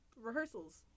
rehearsals